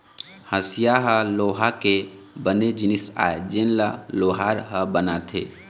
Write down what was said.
हँसिया ह लोहा के बने जिनिस आय जेन ल लोहार ह बनाथे